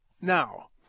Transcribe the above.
Now